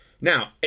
Now